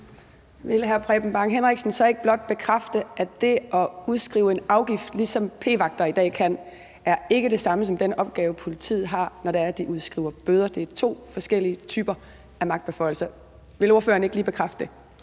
Vil hr. Preben Bang Henriksen så ikke blot bekræfte, at det at udskrive en afgift, ligesom p-vagter i dag kan, ikke er det samme som den opgave, politiet har, når de udskriver bøder? Det er to forskellige typer af magtbeføjelser. Vil ordføreren ikke lige bekræfte det?